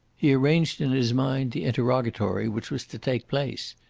he arranged in his mind the interrogatory which was to take place.